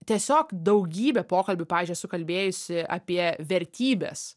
tiesiog daugybė pokalbių pavyzdžiui esu kalbėjusi apie vertybes